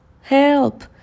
help